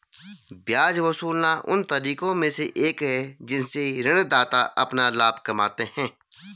ब्याज वसूलना उन तरीकों में से एक है जिनसे ऋणदाता अपना लाभ कमाते हैं